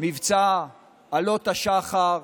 מבצע עלות השחר.